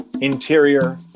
Interior